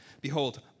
Behold